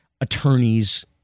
Attorneys